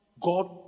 God